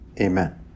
Amen